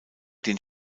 den